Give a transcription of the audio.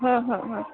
ହଁ ହଁ ହଁ